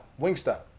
Wingstop